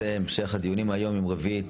היום יום רביעי,